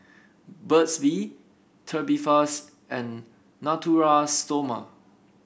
Burt's Bee Tubifast and Natura Stoma